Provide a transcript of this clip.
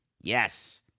yes